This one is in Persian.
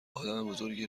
آدمبزرگی